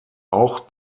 auch